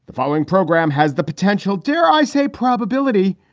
the following program has the potential, dare i say, probability,